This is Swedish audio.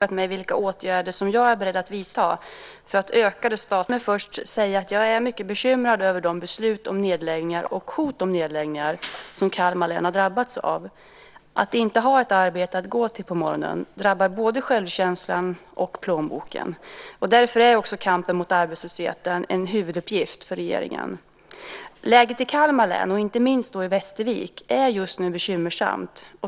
Herr talman! Krister Örnfjäder har frågat mig vilka åtgärder jag är beredd att vidta för att öka de statliga insatserna i norra Kalmar län. Låt mig först säga att jag är mycket bekymrad över de beslut om nedläggningar och hot om nedläggningar som Kalmar län har drabbats av. Att inte ha ett arbete att gå till på morgonen drabbar både självkänslan och plånboken. Kampen mot arbetslösheten är därför en huvuduppgift för regeringen. Läget i Kalmar län - och inte minst då i Västervik - är just nu bekymmersamt.